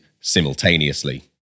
simultaneously